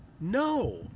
no